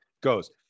goes